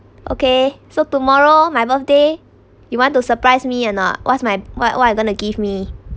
okay so tomorrow my birthday you want to surprise me or not what's my what what you gonna give me